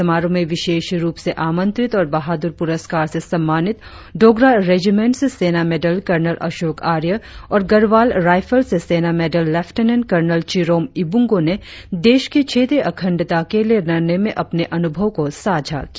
समारोह में विशेष रुप से आमंत्रित और बहादूर पुरस्कार से सम्मानित डोगरा रेजिमेंट से सेना मेडल कर्नल अशोक आर्या और गढ़वाल राईफल्स से सेना medal lieutenant colonel Chirom Ibungo ने देश की क्षेत्रीय अखंडता के लिए लड़ने में अपने अनुभाव को साझा किया